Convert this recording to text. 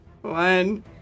one